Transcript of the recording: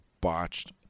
botched